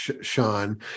Sean